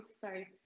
sorry